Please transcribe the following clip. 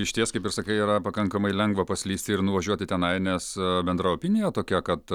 išties kaip ir sakai yra pakankamai lengva paslysti ir nuvažiuoti tenai nes bendra opinija tokia kad